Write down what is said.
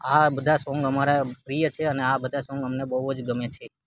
આ બધા સોંગ અમારા પ્રિય છે અને આ બધા સોંગ અમને બહુ જ ગમે છે